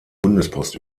bundespost